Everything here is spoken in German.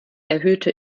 erhöhte